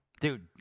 Dude